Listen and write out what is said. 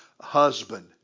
husband